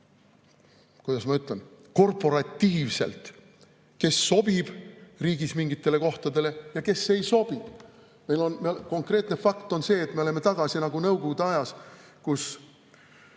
kuidas ma ütlen, korporatiivselt, kes sobib riigis mingitele kohtadele ja kes ei sobi. Konkreetne fakt on see, et me oleme tagasi nagu nõukogude ajas.